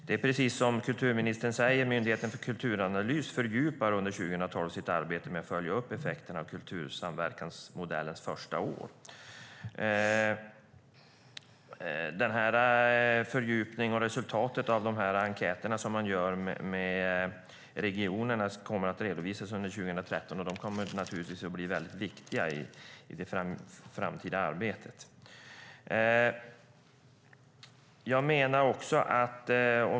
Det är precis som kulturministern säger att Myndigheten för kulturanalys under 2012 fördjupar sitt arbete med att följa upp effekterna av kultursamverkansmodellens första år. Den här fördjupningen och resultatet av de enkäter som man gör i regionerna kommer att redovisas under 2013. De kommer naturligtvis att bli mycket viktiga i det framtida arbetet.